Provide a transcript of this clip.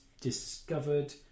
discovered